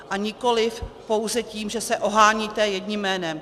A nikoliv pouze tím, že se oháníte jedním jménem.